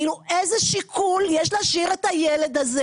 אז איזה שיקול יש להשאיר את הילד הזה